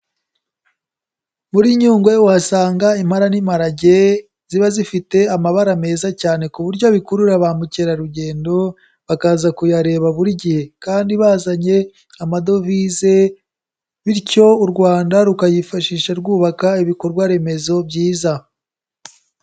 Muri Nyungwe uhasanga impara n'imparage ziba zifite amabara meza cyane ku buryo bikurura ba mukerarugendo, bakaza kuyareba buri gihe kandi bazanye amadovize, bityo u Rwanda rukayifashisha rwubaka ibikorwa remezo byiza.